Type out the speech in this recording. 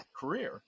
career